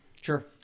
Sure